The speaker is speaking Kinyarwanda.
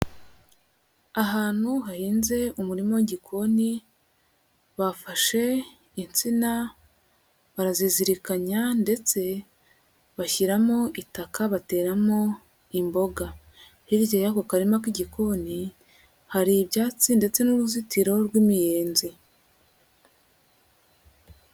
Ahantu hahinze umurima w'igikoni, bafashe intsina barazizirikanya ndetse bashyiramo itaka bateramo imboga. Hirya y'ako karima k'igikoni hari ibyatsi ndetse n'uruzitiro rw'imiyenzi.